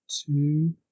two